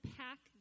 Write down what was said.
pack